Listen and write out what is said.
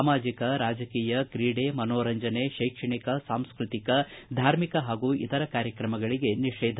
ಸಾಮಾಜಿಕ ರಾಜಕೀಯ ಕ್ರೀಡೆ ಮಸೋರಂಜನೆ ಶೈಕ್ಷಣಿಕ ಸಾಂಸ್ಕತಿಕ ಧಾರ್ಮಿಕ ಹಾಗೂ ಇತರ ಕಾರ್ಯತ್ರಮಗಳಿಗೆ ನಿಷೇಧ